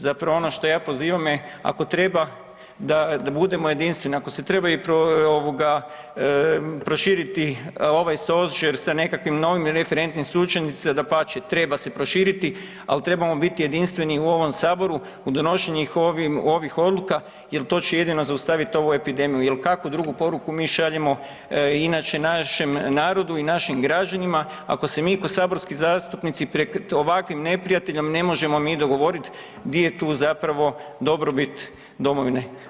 Zapravo ono što ja pozivam je ako treba da budemo jedinstveni, ako se treba i ovoga proširiti ovaj stožer sa nekakvim novim referentnim saučesnicima dapače treba se proširiti, ali trebamo biti jedinstveni u ovom saboru u donošenju ovih odluka jer to će jedino zaustaviti ovu epidemiju, jel kakvu drugu poruku mi šaljemo inače našem narodu i našim građanima, ako se mi ko saborski zastupnici pred ovakvim neprijateljem ne možemo mi dogovoriti gdje je tu zapravo dobrobit domovine.